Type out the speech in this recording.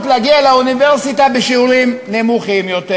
להגיע לאוניברסיטה בשיעורים נמוכים יותר.